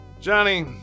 Johnny